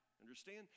Understand